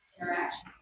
interactions